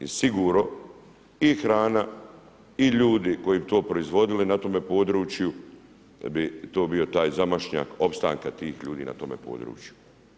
I sigurno i hrana i ljudi koji bi proizvodili na tome području da bi to bio taj zamašnjak opstanka tih ljudi na tome području.